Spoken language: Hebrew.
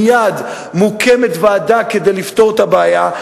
מייד מוקמת ועדה כדי לפתור את הבעיה,